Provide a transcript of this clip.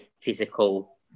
physical